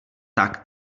tak